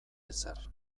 ezer